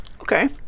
Okay